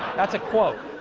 that's a quote.